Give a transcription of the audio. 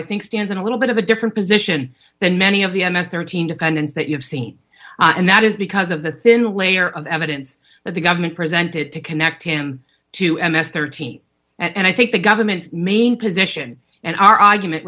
i think stands in a little bit of a different position than many of the m s thirteen defendants that you've seen and that is because of the thin layer of evidence that the government presented to connect him to m s thirteen and i think the government's main position and our argument